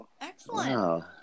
Excellent